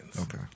Okay